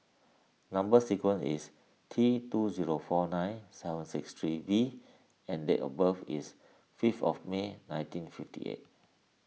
Number Sequence is T two zero four nine seven six three V and date of birth is fifth of May nineteen fifty eight